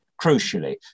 crucially